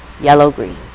yellow-green